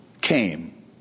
came